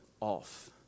off